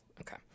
Okay